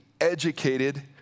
educated